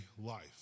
life